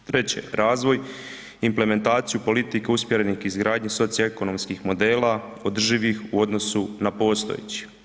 Treće, razvoj i implementaciju politika usmjerenih k izgradnji socioekonomskih modela održivih u odnosu na postojeći.